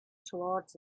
towards